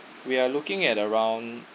we are looking at around